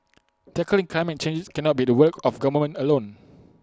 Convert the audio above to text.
tackling climate change cannot be the work of the government alone